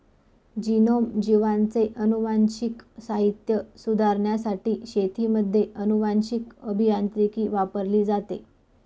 genome, जीवांचे अनुवांशिक साहित्य सुधारण्यासाठी शेतीमध्ये अनुवांशीक अभियांत्रिकी वापरली जाते